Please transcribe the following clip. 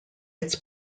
its